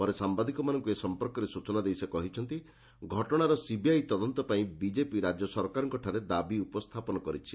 ପରେ ସାମ୍ଭାଦିକମାନଙ୍କୁ ଏ ସମ୍ପର୍କରେ ସୂଚନା ଦେଇ ସେ କହିଛନ୍ତି ଘଟଣାର ସିବିଆଇ ତଦନ୍ତପାଇଁ ବିଜେପି ରାଜ୍ୟ ସରକାରଙ୍ଠାରେ ଦାବି ଉପସ୍ଥାପନ କରିଛି